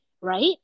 Right